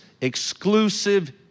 exclusive